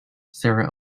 sarah